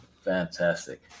Fantastic